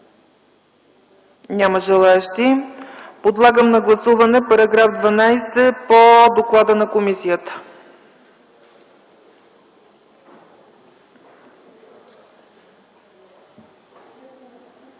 Няма желаещи. Подлагам на гласуване § 12 по доклада на комисията.